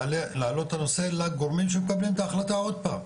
להעלות את הנושא לגורמים שמקבלים את ההחלטה עוד פעם,